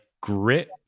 grit